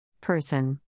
Person